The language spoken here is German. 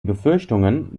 befürchtungen